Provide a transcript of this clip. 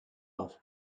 auf